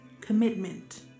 commitment